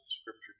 scripture